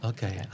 Okay